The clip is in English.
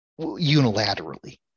unilaterally